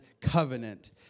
covenant